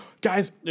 Guys